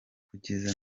kugeza